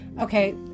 Okay